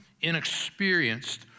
inexperienced